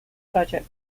budget